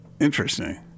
interesting